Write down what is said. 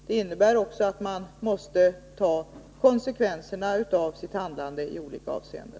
Det innebär också att man måste ta konsekvenserna av sitt handlande i olika avseenden.